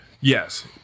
Yes